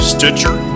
Stitcher